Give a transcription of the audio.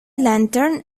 lantern